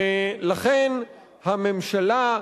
לכן הממשלה,